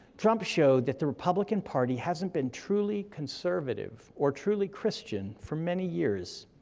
trump showed that the republican party hasn't been truly conservative, or truly christian, for many years.